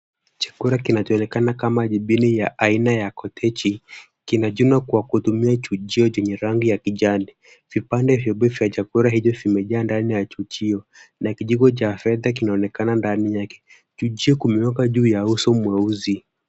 Chakula kinachoonekana kama jibini ya aina ya koteji , kinachunwa kwa kutumia chujio chenye rangi ya kijani . Vipande vyeupe vya chakula hicho vimejaa ndani ya chujio na kijiko cha fedha kinaonekana ndani yake. Chujio kimewekwa juu ya uso mweusi.